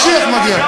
לא, משיח מגיע.